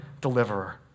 deliverer